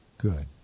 Good